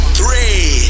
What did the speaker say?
three